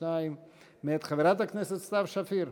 252 מאת חברת הכנסת סתיו שפיר,